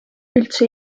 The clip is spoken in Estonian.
üldse